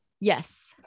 Yes